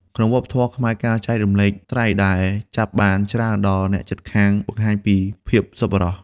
ក្នុងវប្បធម៌ខ្មែរ ការចែករំលែកត្រី ដែលចាប់បានច្រើនដល់អ្នកជិតខាងបង្ហាញពីភាពសប្បុរស។